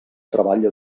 treball